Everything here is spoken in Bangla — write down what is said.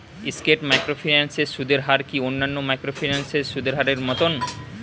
স্কেট মাইক্রোফিন্যান্স এর সুদের হার কি অন্যান্য মাইক্রোফিন্যান্স এর সুদের হারের মতন?